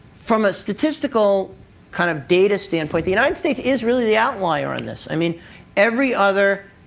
from a statistical kind of data standpoint, the united states is really the outlier on this. i mean every other